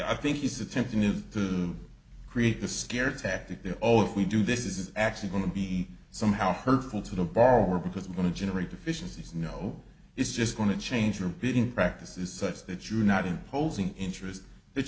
i think is attempting to create a scare tactic there oh if we do this is actually going to be somehow hurtful to the borrower because we're going to generate efficiencies no it's just going to change your bidding practices such that you not imposing interests that